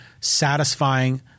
satisfying